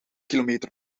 kilometer